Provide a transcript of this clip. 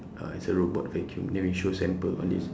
uh it's a robot vacuum then we show sample all these